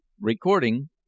Recording